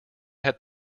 had